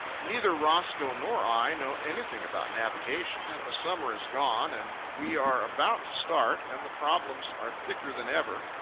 neither roscoe nor i know anything about navigation, and the summer is gone, and we are about to start, and the problems are thicker than ever,